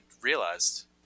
realized